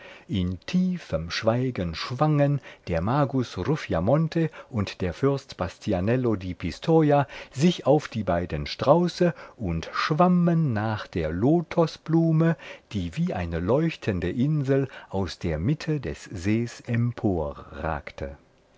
in tiefem schweigen schwangen der magus ruffiamonte und der fürst bastianello di pistoja sich auf die beiden strauße und schwammen nach der lotosblume die wie eine leuchtende insel aus der mitte des sees emporragte